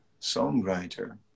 songwriter